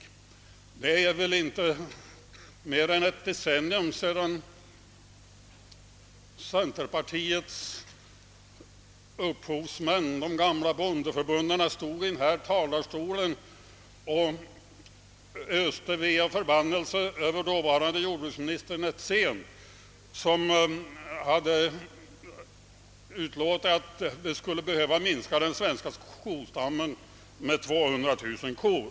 Det är väl inte mer än ett decennium sedan centerpartiets föregångare, de gamla bondeförbundarna, stod i denna talarstol och öste ve och förbannelse över dåva rande jordbruksminister Netzén som hade sagt att den svenska kostämmen skulle behöva minskas med 200 000 kor.